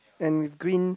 and green